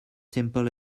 simple